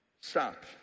stop